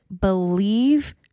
believe